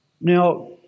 Now